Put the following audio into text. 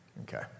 Okay